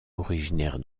originaires